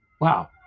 wow